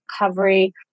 recovery